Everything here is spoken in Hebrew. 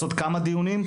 לעשות כמה דיונים.